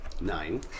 Nine